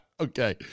Okay